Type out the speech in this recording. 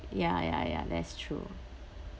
ya ya ya that's true